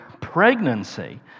pregnancy